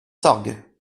sorgues